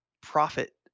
profit